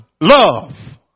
love